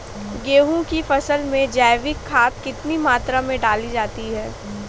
गेहूँ की फसल में जैविक खाद कितनी मात्रा में डाली जाती है?